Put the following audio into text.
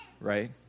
right